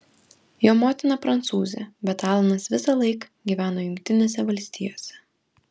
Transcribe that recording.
jo motina prancūzė bet alanas visąlaik gyveno jungtinėse valstijose